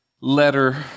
letter